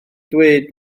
dweud